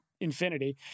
infinity